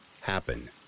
happen